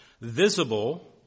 visible